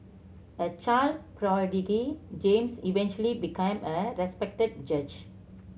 a child prodigy James eventually became a respected judge